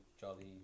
jolly